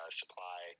supply